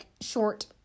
short